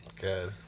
Good